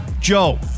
Joe